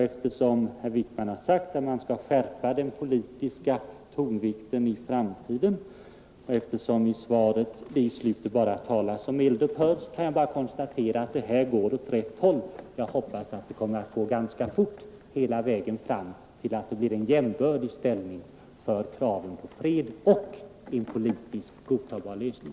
Eftersom herr Wickman har sagt att man skall öka den politiska tonvikten i framtiden och eftersom det i slutet av svaret bara talas om eld-upphör, kan jag bara konstatera att det här går åt rätt håll. Jag hoppas att det kommer att gå ganska fort hela vägen fram: till en jämbördig ställning för kravet på fred och kravet på en politiskt godtagbar lösning.